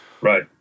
right